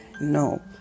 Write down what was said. No